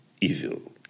evil